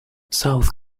south